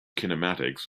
kinematics